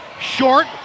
Short